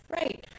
right